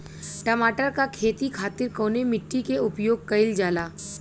टमाटर क खेती खातिर कवने मिट्टी के उपयोग कइलजाला?